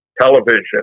television